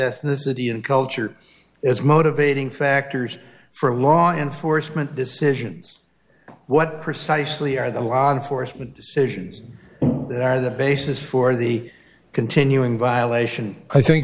ethnicity and culture as motivating factors for law enforcement decisions what precisely are the law enforcement decisions that are the basis for the continuing violation i think